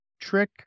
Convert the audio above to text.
trick